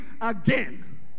again